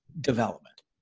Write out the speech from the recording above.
development